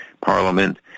parliament